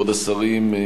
כבוד השרים,